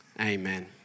Amen